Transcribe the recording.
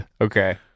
Okay